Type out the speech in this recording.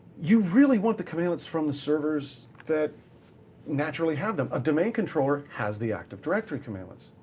you really want the cmdlets from the servers that naturally have them. a domain controller has the active directory cmdlets.